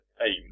aim